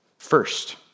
First